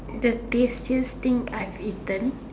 the tastiest thing I have eaten